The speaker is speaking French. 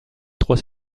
trois